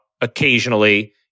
occasionally